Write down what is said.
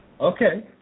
Okay